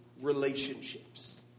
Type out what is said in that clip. relationships